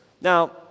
Now